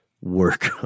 work